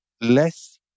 less